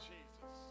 Jesus